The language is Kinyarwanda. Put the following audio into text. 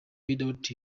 without